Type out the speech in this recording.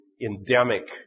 endemic